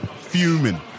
Fuming